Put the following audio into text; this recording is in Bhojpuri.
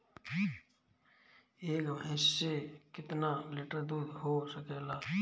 एक भइस से कितना लिटर दूध हो सकेला?